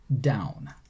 down